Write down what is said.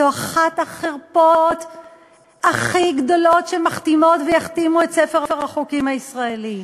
זו אחת החרפות הכי גדולות שמכתימות ויכתימו את ספר החוקים הישראלי.